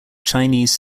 chinese